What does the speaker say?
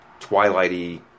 Twilighty